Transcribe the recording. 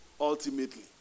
ultimately